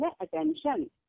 attention